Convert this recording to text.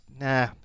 nah